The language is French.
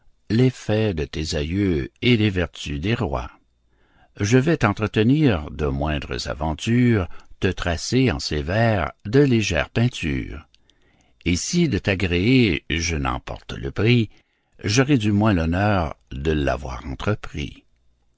les faits de tes aïeux et les vertus des rois je vais t'entretenir de moindres aventures te tracer en ces vers de légères peintures et si de t'agréer je n'emporte le prix j'aurai du moins l'honneur de l'avoir entrepris